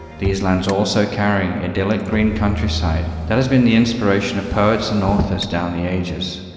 these lands also carry idyllic green countryside that has been the inspiration of poets and authors down the ages.